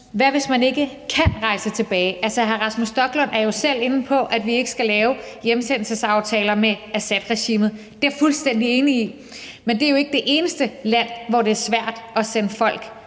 Hvad hvis man ikke kan rejse tilbage? Altså, hr. Rasmus Stoklund er jo selv inde på, at vi ikke skal lave hjemsendelsesaftaler med Assadregimet, og det er jeg fuldstændig enig i, men det er jo ikke det eneste land, det er svært at sende folk